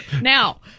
Now